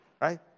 Right